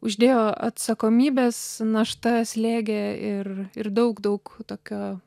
uždėjo atsakomybės našta slėgė ir ir daug daug tokio